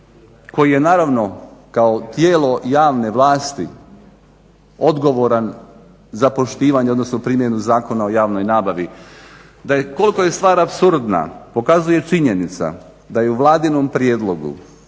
koji je naravno kao tijelo javne vlasti odgovoran za poštivanje odnosno primjenu Zakona o javnoj nabavi. Koliko je stvar apsurdna pokazuje činjenica da je u Vladinom prijedlogu,